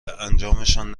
انجامشان